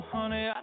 Honey